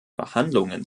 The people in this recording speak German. verhandlungen